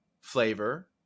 flavor